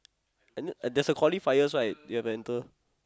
and there's a qualifiers right you have to enter